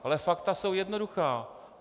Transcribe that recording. Ale fakta jsou jednoduchá.